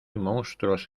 monstruos